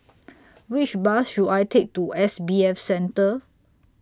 Which Bus should I Take to S B F Center